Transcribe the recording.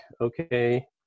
okay